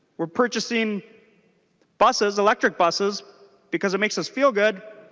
we are purchasing buses electric buses because it makes us feel good